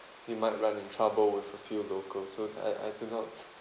you might run in trouble with a few locals so I I do not